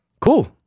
Cool